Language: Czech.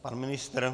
Pan ministr?